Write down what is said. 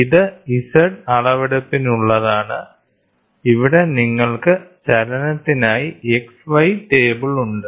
ഇത് Z അളവെടുപ്പിനുള്ളതാണ് ഇവിടെ നിങ്ങൾക്ക് ചലനത്തിനായി XY ടേബിൾ ഉണ്ട്